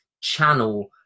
channel